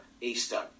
Easter